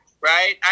Right